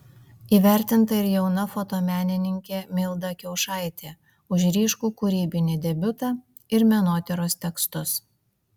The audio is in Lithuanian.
įvertinta ir jauna fotomenininkė milda kiaušaitė už ryškų kūrybinį debiutą ir menotyros tekstus